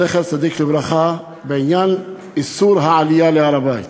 זכר צדיק לברכה, בעניין איסור העלייה להר-הבית.